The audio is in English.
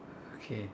okay